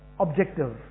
objective